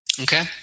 Okay